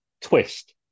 twist